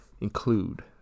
include